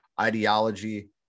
ideology